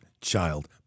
child